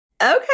Okay